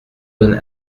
donne